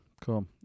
Cool